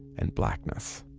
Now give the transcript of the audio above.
and blackness.